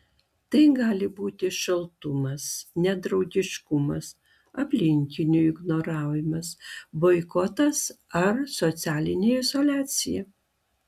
tai gali būti šaltumas nedraugiškumas aplinkinių ignoravimas boikotas ar socialinė izoliacija